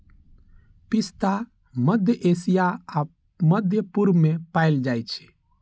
पिस्ता मध्य एशिया आ मध्य पूर्व मे पाएल जाइ छै